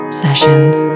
sessions